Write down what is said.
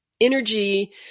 energy